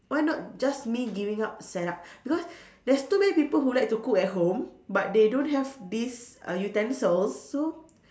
why not just me giving out set up because there's too many people who like to cook at home but they don't have these uh utensils so